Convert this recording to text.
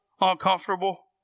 uncomfortable